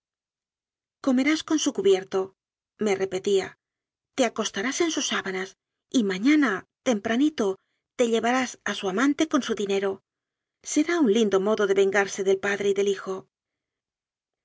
comerás con su cubiertome repetía te acos tarás en sus sábanas y mañana tempranito te llevarás a su amante con su dinero será un lindo modo de vengarse del padre y del hijo